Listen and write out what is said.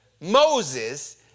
Moses